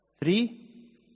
Three